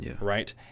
Right